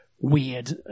weird